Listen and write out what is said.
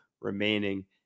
remaining